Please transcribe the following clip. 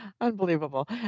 unbelievable